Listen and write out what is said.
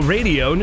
Radio